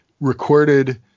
recorded